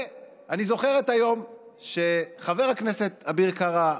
ואני זוכר את היום שחבר הכנסת אביר קארה,